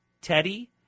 Teddy